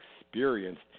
experienced